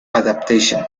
adaptation